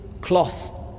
cloth